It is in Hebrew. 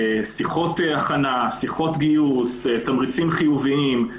שיחות הכנה, שיחות גיוס, תמריצים חיוביים.